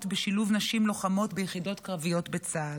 בשילוב נשים לוחמות ביחידות קרביות בצה"ל.